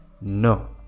no